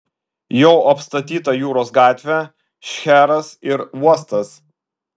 jau apstatyta jūros gatvė šcheras ir uostas